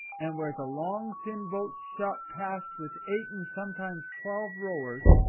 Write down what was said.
and where the long thin boats shot past with eight and sometimes twelve rowers,